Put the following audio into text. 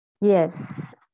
yes